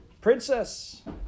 Princess